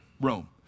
Rome